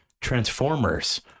transformers